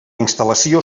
instal·lació